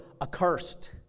accursed